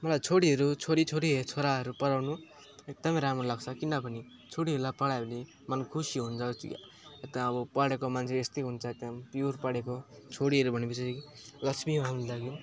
मलाई छोरीहरू छोरी छोरी छोराहरू पढाउनु एकदमै राम्रो लाग्छ किनभने छोरीहरूलाई पढायो भने मन खुसी हुन्छ यता अब पढेको मान्छे यस्तै हुन्छ एकदम प्योर पढेको छोरीहरू भनेपछि लक्ष्मीहरू